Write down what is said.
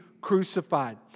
crucified